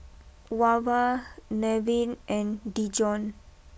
Wava Nevin and Dijon